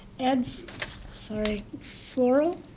ed, i'm sorry foral,